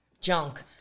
junk